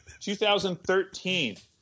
2013